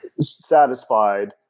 satisfied